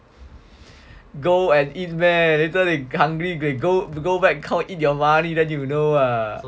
go and eat meh later they hungry go go back count eat your money then you know ah